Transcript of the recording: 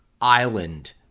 island